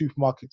supermarkets